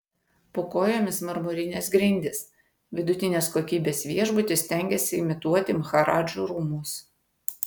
po kojomis marmurinės grindys vidutinės kokybės viešbutis stengiasi imituoti maharadžų rūmus